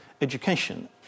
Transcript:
education